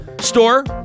store